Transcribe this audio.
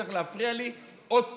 צריך להפריע לי עוד פעם.